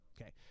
Okay